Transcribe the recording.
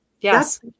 Yes